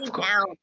down